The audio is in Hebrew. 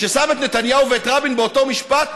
ששם את נתניהו ואת רבין באותו משפט?